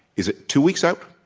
is it two weeks out,